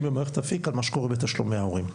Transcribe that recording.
במערכת אפיק על מה שקורה בתשלומי ההורים.